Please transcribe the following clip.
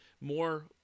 More